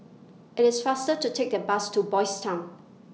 IT IS faster to Take The Bus to Boys' Town